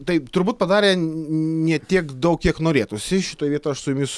tai turbūt padarę ne tiek daug kiek norėtųsi šitoj vietoj aš su jumis